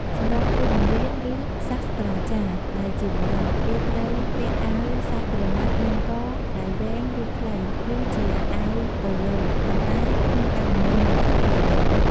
សម្រាប់គ្រូបង្រៀន ឬ សាស្ត្រាចារ្យដែលជាបុរស គេត្រូវពាក់អាវសាច់ក្រណាត់មានក ដៃវែង ឬ ខ្លី ឬជាអាវប៉ូឡូ ប៉ុន្តែក្នុងករណីមិនសូវផ្លូវការ។